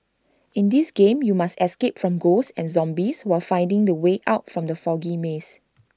in this game you must escape from ghosts and zombies while finding the way out from the foggy maze